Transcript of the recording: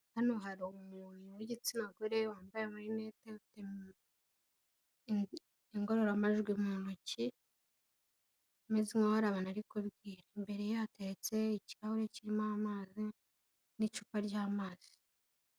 Hano hari umuntu w'igitsina gore wambaye amarinete, ufite ingororamajwi mu ntoki umeze nk'aho hari abantu kubwira, imbere hateretse ikirahure kirimo amazi n'icupa ry'amazi.